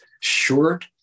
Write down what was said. short